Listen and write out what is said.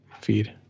feed